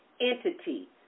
entity